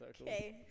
okay